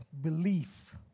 belief